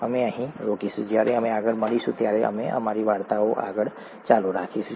અમે અહીં રોકાઈશું જ્યારે અમે આગળ મળીશું ત્યારે અમે અમારી વાર્તાઓ આગળ ચાલુ રાખીશું